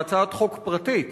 בהצעת חוק פרטית,